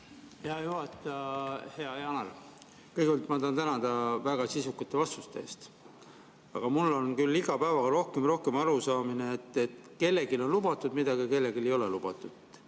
Hea juhataja! Hea Janar! Kõigepealt ma tahan tänada väga sisukate vastuste eest. Aga mul on küll iga päevaga rohkem ja rohkem arusaamine, et kellelegi on lubatud midagi ja kellelegi ei ole lubatud.